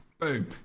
Boom